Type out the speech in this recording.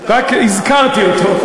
רק הזכרתי אותו.